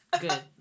Good